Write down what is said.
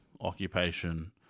occupation